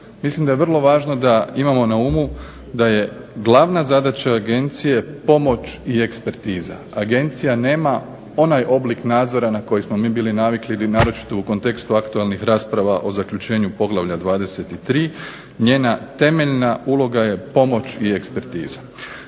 Mislim da je vrlo važno da imamo na umu da je glavna zadaća agencije pomoć i ekspertiza. Agencija nema onaj oblik nadzora na koji smo mi bili navikli ili naročito u kontekstu aktualnih rasprava o zaključenju poglavlja 23. njena temeljna uloga je pomoć i ekspertiza.